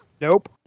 Nope